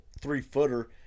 three-footer